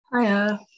Hiya